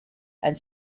and